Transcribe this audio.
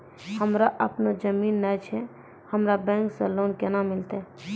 हमरा आपनौ जमीन नैय छै हमरा बैंक से लोन केना मिलतै?